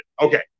Okay